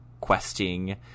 questing